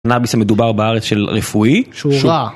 קנאביס המדובר בארץ של רפואי. שאושרה.